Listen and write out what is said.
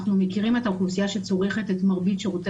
אנחנו מכירים את האוכלוסייה שצורכת את מרבית שירותי